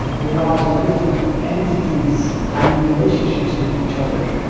relies on different entities having relationships with each other.